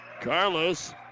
Carlos